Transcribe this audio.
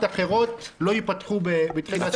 אחרות לא ייפתחו בתחילת שנת הלימודים.